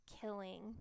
killing